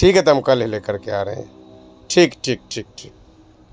ٹھیک ہے تو ہم کل ہی لے کر کے آ رہے ہیں ٹھیک ٹھیک ٹھیک ٹھیک